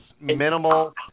minimal